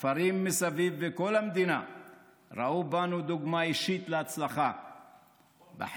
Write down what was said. הכפרים מסביב וכל המדינה ראו בנו דוגמה אישית להצלחה בחינוך,